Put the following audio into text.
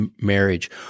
marriage